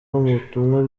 ubutumwa